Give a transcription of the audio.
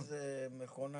יש ערימה